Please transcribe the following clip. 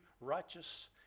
righteous